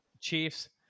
chiefs